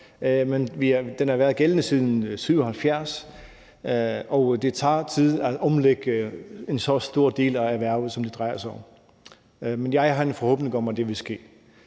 den har været gældende siden 1977, og det tager tid at omlægge en så stor del af erhvervet, som det drejer sig om. Men jeg har en forhåbning om, at det vil ske.